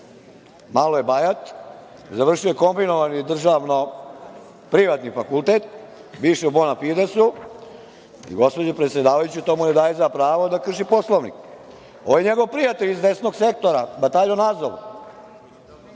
Malo je bajat, završio je kombinovani državno-privatni fakultet, bivši Bona fides, ali, gospođo predsedavajuća, to mu ne daje za pravo da krši Poslovnik. Ovaj njegov prijatelj iz desnog sektora, bataljon Azov